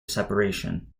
separation